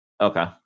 okay